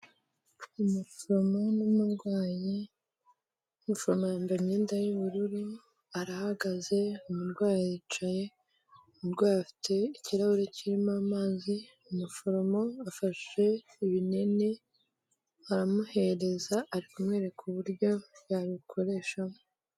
Umuforomo n'umurwayi, umuforomo yambaye imyenda y'ubururu arahagaze, umurwayi aricaye, umurwayi afite ikirahure kirimo amazi, umuforomo afashe ibinini aramuhereza, ari kumwereka uburyo yabikoreshamo.